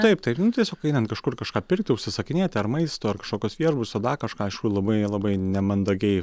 taip tai nu tiesiog einant kažkur kažką pirkti užsisakinėti ar maisto ar kažkokius viešbučius ar dar kažką aišku labai labai nemandagiai